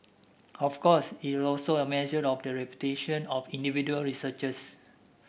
of course is also a measure of the reputation of individual researchers